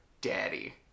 Daddy